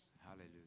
Hallelujah